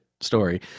story